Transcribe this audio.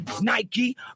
Nike